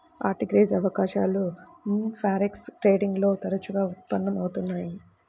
arbitrage అవకాశాలు forex trading లో తరచుగా ఉత్పన్నం అవుతున్నయ్యి